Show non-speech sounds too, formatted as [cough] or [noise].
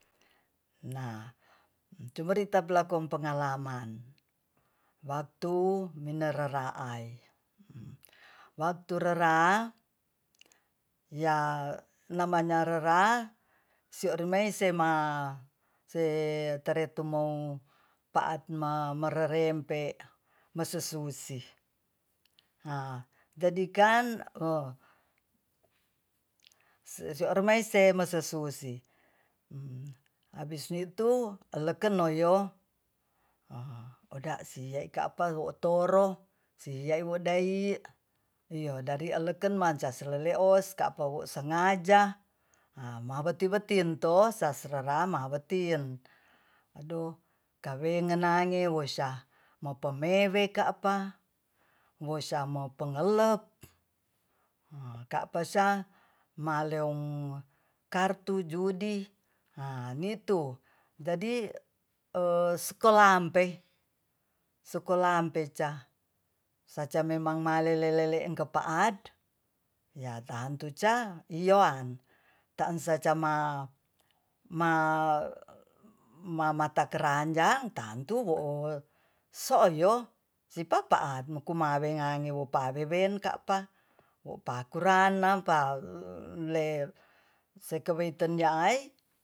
Nah cumaritalakon pengalaman waktu mine-nera'ai waktu rera ya namanya rera sio remaisi semasetere tumou paatma mererempe mesesusi [hesitation] jadikan siosemareisei masesusi abis nitu eleken noyo a oda'si ka'pa wotoro siae wodai iyo dari eleken mancas selele'os ka'pa wu sengaja maweti-wetin tos sasseramawatin adoh kawenganangen wo syah mopemewe ka'pa moisa mo peng'ngelep ka'pa syah maleong kartu judi ha ni'tu jadi e sekolahmpe- ca sacamemang malele-lele engkapa'at yah tantu ca iyo'an taansa cam [hesitation] ma matakarnjang tantu wo'o so'yo sipapa'at mokumawengange wopuwawewen ka'pa ohpa'kuran napa le sekeweiten nya'ai